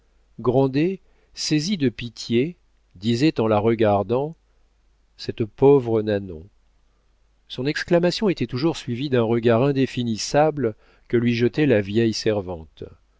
grandet saisi de pitié disait en la regardant cette pauvre nanon son exclamation était toujours suivie d'un regard indéfinissable que lui jetait la vieille servante